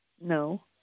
No